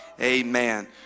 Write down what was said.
Amen